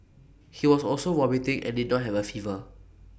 he was also vomiting and did not have A fever